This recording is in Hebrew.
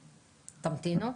תמתינו.